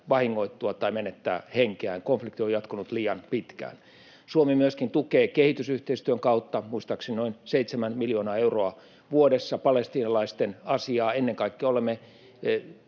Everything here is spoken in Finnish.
vahingoittua tai menettää henkeään. Konflikti on jatkunut liian pitkään. Suomi myöskin tukee kehitysyhteistyön kautta — muistaakseni noin 7 miljoonalla eurolla vuodessa — palestiinalaisten asiaa. Ennen kaikki olemme